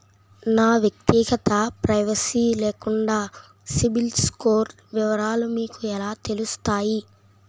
నా వ్యక్తిగత ప్రైవసీ లేకుండా సిబిల్ స్కోర్ వివరాలు మీకు ఎలా తెలుస్తాయి?